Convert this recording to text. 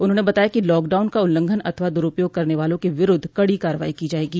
उन्होंने बताया कि लॉकडाउन का उल्लंघन अथवा दुरूपयोग करने वालों के विरूद्व कड़ी कार्रवाई की जायेगी